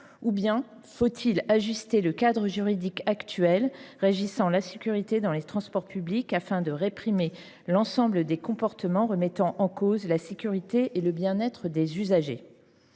ou faut il ajuster le cadre juridique actuel qui régit la sécurité dans les transports publics, afin de réprimer l’ensemble des comportements qui remettent en cause la sécurité et le bien être des usagers ?